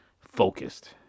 focused